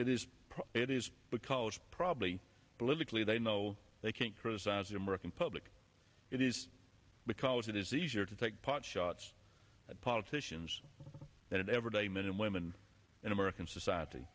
is it is because probably politically they know they can't criticize the american public it is because it is easier to take pot shots at politicians and everyday men and women in american society